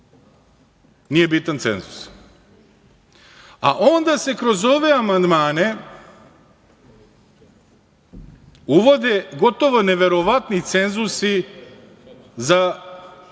nije bitan cenzus. A, onda se kroz ove amandmane uvode gotovo neverovatni cenzusi za